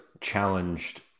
challenged